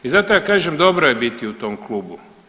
I zato ja kažem, dobro je biti u tom klubu.